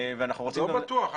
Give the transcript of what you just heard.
לא בטוח.